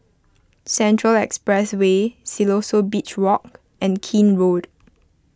Central Expressway Siloso Beach Walk and Keene Road